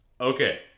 Okay